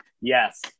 Yes